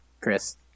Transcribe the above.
Chris